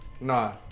nah